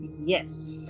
Yes